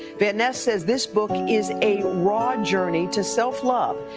but ness says this book is a raw journey to self-love,